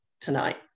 tonight